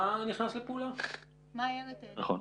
נכון.